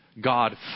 God